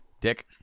Dick